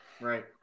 Right